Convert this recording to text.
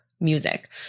music